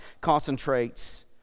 concentrates